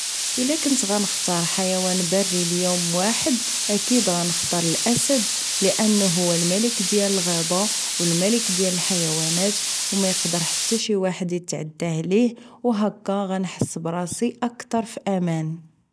الا كنت غنختار حيوان بري ليوم واحد اكيد غنختار الاسد لانه هو الملك ديال الغابة و الملك ديال الحيوانات و مايقدر حتى شي واحد اتعدا عليه و هكا غنحس براسي اكتر فأمان